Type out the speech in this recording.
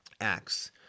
Acts